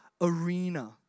arena